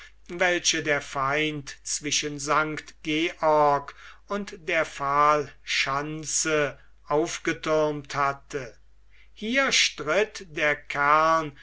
welche der feind zwischen st georg und der pfahl schanze aufgethürmt hatte hier stritt der kern